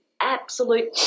absolute